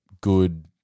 good